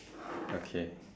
okay